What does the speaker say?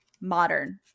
Modern